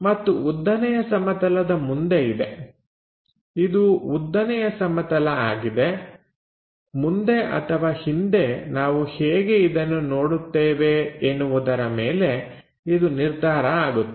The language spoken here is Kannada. ಮತ್ತು ಉದ್ದನೆಯ ಸಮತಲದ ಮುಂದೆ ಇದೆ ಇದು ಉದ್ದನೆಯ ಸಮತಲ ಆಗಿದೆ ಮುಂದೆ ಅಥವಾ ಹಿಂದೆ ನಾವು ಹೇಗೆ ಇದನ್ನು ನೋಡುತ್ತೇವೆ ಎನ್ನುವುದರ ಮೇಲೆ ಇದು ನಿರ್ಧಾರ ಆಗುತ್ತದೆ